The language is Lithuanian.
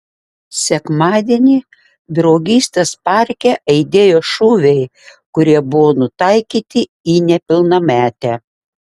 sekmadienį draugystės parke aidėjo šūviai kurie buvo nutaikyti į nepilnametę